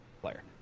player